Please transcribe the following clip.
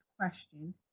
question